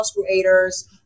creators